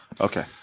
Okay